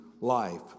life